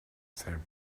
san